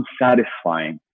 unsatisfying